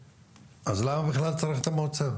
אז למה בכלל צריך למועצה?